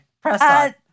Press